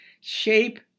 Shape